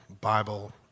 Bible